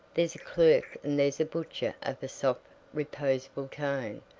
there's a clerk and there's a butcher of a soft reposeful tone,